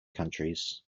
countries